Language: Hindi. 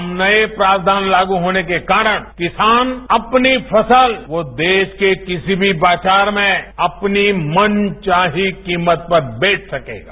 अब नये प्रावधान लागू होने के कारण किसान अपनी फसल वो देश के किसी भी बाजार में अपनी मनचाही कीमत पर बेच सकेंगे